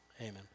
amen